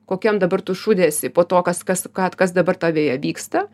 kokiam dabar tu šūde esi po to kas kas kad kas dabar tavyje vyksta